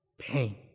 Pain